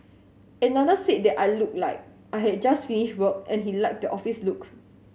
another said that I looked like I had just finished work and he liked the office look